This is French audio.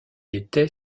était